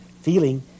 feeling